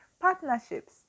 partnerships